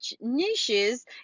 niches